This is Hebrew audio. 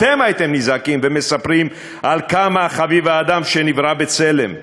אתם הייתם נזעקים ומספרים עד כמה חביב האדם שנברא בצלם,